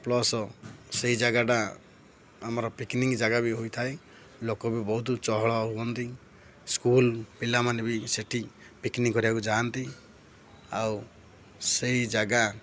plus ସେଇ ଜାଗାଟା ଆମର ପିକ୍ନିକ୍ ଜାଗା ବି ହୋଇଥାଏ ଲୋକ ବି ବହୁତ ଚହଳ ହୁଅନ୍ତି ସ୍କୁଲ୍ ପିଲାମାନେ ବି ସେଠି ପିକ୍ନିକ୍ କରିବାକୁ ଯାଆନ୍ତି ଆଉ ସେଇ ଜାଗା